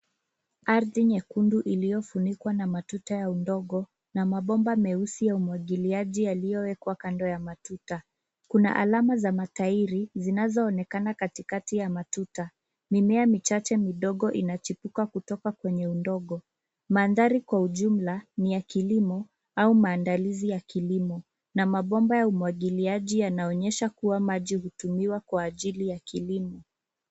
Ardhi nyekundu iliyofunikwa na matuta ya udongo na mabomba meusi ya umwagiliaji yaliyowekwa kando ya matuta. Kuna alama za matairi zinazoonekana katikati ya matuta. Mimea michache midogo inachipuka kutoka kwenye udongo. Mandhari kwa ujumla ni ya kilimo au maandalizi ya kilimo. Na mabomba ya umwagiliaji yanaonyesha kuwa maji hutumiwa kwa ajili ya kilimo.